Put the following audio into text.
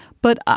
but, ah